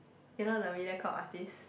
you know the Mediacorp artist